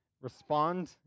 respond